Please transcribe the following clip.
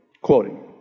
Quoting